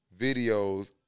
videos